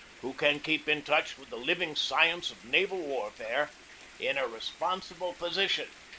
who can keep in touch with the living science of naval warfare in a responsible position,